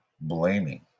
blaming